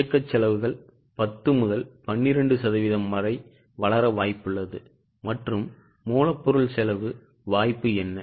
இயக்க செலவுகள் 10 முதல் 12 சதவீதம் வரை வளர வாய்ப்புள்ளது மற்றும் மூலப்பொருள் செலவு வாய்ப்பு என்ன